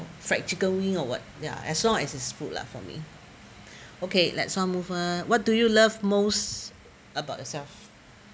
fried chicken wing or what ya as long as is food lah for me okay let some of uh what do you love most about yourself